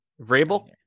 Vrabel